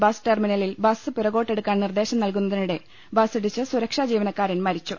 bus ടെർമിനലിൽ bus പിറ കോട്ട് എടുക്കാൻ നിർദ്ദേശം നൽകുന്നതിനിടെ ബസിടിച്ച് സുരക്ഷാ ജീവ നക്കാരൻ മരിച്ചു